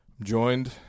joined